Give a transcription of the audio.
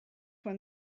when